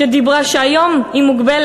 פיצוי ללא הוכחת נזק, שהיום הוא מוגבל